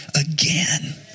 again